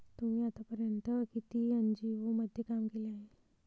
तुम्ही आतापर्यंत किती एन.जी.ओ मध्ये काम केले आहे?